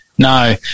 No